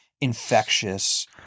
infectious